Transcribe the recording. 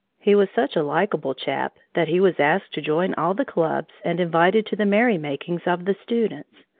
he was such a likeable chap that he was asked to join all the clubs and invited to the merry-makings of the students.